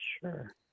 sure